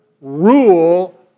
Rule